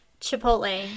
Chipotle